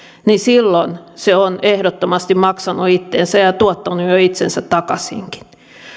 niin silloin se on ehdottomasti maksanut itsensä ja tuottanut itsensä jo takaisinkin